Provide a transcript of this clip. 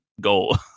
goal